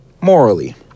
morally